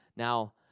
Now